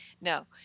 No